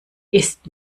ist